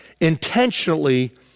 intentionally